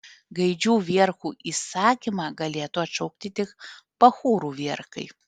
gaidžių vierchų įsakymą galėtų atšaukti tik bachūrų vierchai